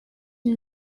une